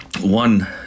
one